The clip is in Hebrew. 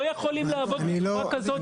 יש מדיניות מאוד מסודרת ומוסכמת.